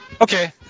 Okay